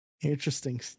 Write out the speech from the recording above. interesting